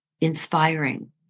inspiring